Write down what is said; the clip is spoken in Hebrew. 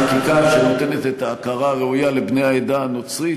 חקיקה שנותנת את ההכרה הראויה לבני העדה הנוצרית,